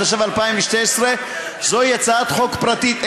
התשע"ו 2016. זוהי הצעת חוק פרטית,